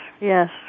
yes